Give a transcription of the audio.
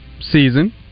season